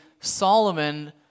Solomon